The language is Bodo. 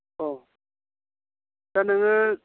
अ दा नोङो